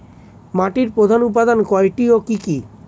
মাটির প্রধান উপাদান কয়টি ও কি কি?